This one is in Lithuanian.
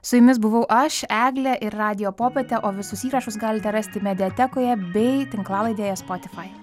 su jumis buvau aš eglė ir radijo popietė o visus įrašus galite rasti mediatekoje bei tinklalaidėje spotify